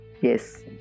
Yes